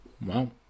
Wow